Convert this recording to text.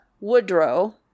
Woodrow